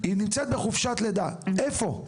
היא נמצאת בחופשת לידה, איפה?